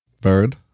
Bird